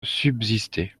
subsister